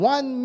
One